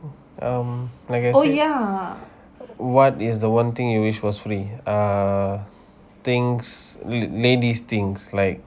um like I say what is the one thing you wish was free ah things ladies things like